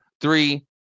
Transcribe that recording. three